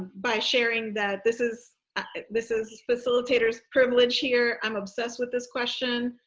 by sharing that. this is this is facilitator's privilege, here. i'm obsessed with this question.